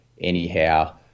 Anyhow